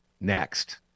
next